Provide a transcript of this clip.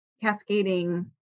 cascading